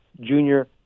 junior